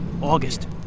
August